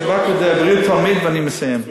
רק בריאות התלמיד, ואני מסיים.